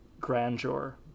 grandeur